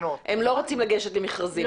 הם לא רוצים לגשת למכרזים,